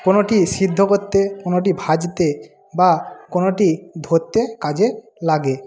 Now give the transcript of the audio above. কোনোটি সেদ্ধ করতে কোনোটি ভাজতে বা কোনোটি ধরতে কাজে লাগে